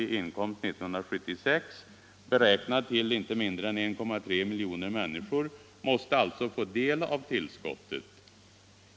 i inkomst 1976 måste alltså få del av tillskottet.